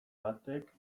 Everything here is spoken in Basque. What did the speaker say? batek